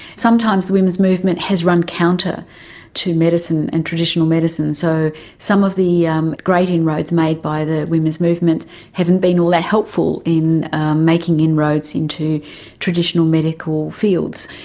sometimes the women's movement has run counter to medicine and traditional medicine. so some of the um great inroads made by the women's movement haven't been all that helpful in making inroads into traditional medical fields.